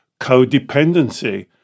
codependency